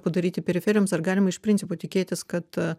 padaryti periferijoms ar galima iš principo tikėtis kad